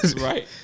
Right